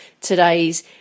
today's